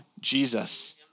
Jesus